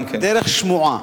דרך שמועה.